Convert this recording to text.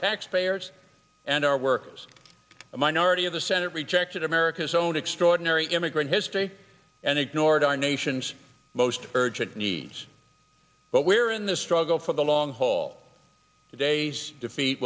taxpayers and our workers a minority of the senate rejected america's own extraordinary immigrant history and ignored our nation's most urgent needs but where in the struggle for the long haul today's defeat